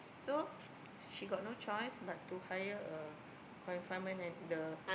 so she got no choice but to hire a confinement at the